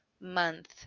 month